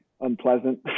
unpleasant